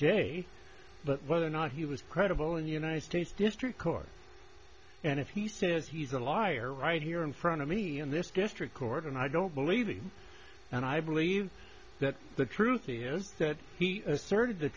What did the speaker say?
a but whether or not he was credible in the united states district court and if he says he's a liar right here in front of me in this district court and i don't believe and i believe that the truth is that he asserted the